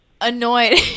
annoyed